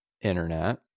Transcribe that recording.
internet